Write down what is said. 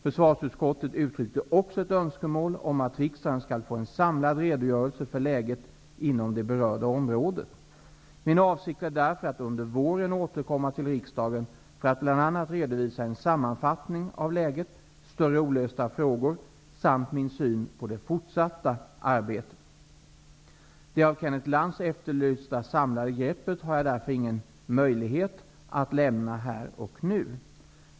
Försvarsutskottet uttryckte också ett önskemål om att riksdagen skall få en samlad redogörelse för läget inom det berörda området. Min avsikt är därför att under våren återkomma till riksdagen för att bl.a. redovisa en sammanfattning av läget, större olösta frågor samt min syn på det fortsatta arbetet. Det av Kenneth Lantz efterlysta samlade greppet finner jag därför ingen anledning att ta här och nu.